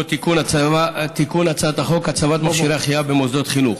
(תיקון, הצבת מכשירי החייאה במוסדות חינוך)